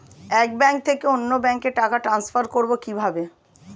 এক ব্যাংক থেকে অন্য ব্যাংকে টাকা ট্রান্সফার করবো কিভাবে?